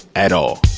at all.